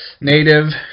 native